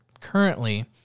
currently